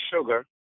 sugar